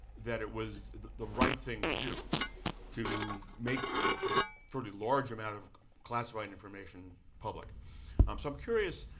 that it was the right thing to do to make a fairly large amount of classified information public. um so i'm curious,